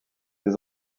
des